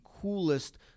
coolest